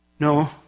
No